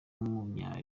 w’umunya